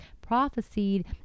prophesied